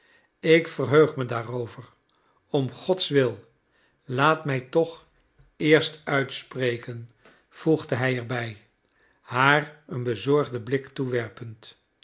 ik verheug me daarover om godswil laat mij toch eerst uitspreken voegde hij er bij haar een bezorgden blik toewerpend